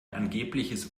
angebliches